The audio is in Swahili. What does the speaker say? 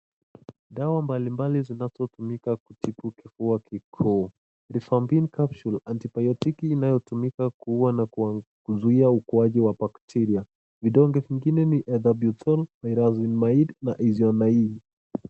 Dawa mbali mbali zinazotumika kutibu kifua kikuu.(cs)Rifampin capsule antibiotiki(cs) inayotumika kuua na kuzuia ukuaji wa bakteria. vidonge vingine ni (cs)Ethambutol(cs),(cs)Pyrazinamide(cs) na (cs)isoniazid(cs).